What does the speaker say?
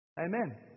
Amen